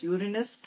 Uranus